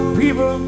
people